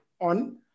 on